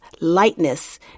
lightness